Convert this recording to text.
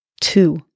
two